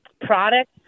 product